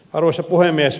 arvoisa puhemies